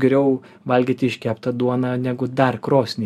geriau valgyti iškeptą duoną negu dar krosnį